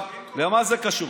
מה זה קשור?